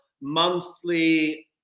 monthly